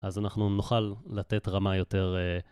אז אנחנו נוכל לתת רמה יותר...